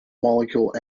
molecule